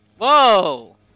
Whoa